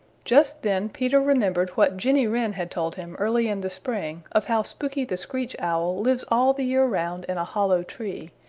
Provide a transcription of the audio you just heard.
just then peter remembered what jenny wren had told him early in the spring of how spooky the screech owl lives all the year around in a hollow tree,